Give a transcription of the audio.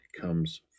comes